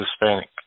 Hispanic